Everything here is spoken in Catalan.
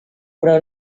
però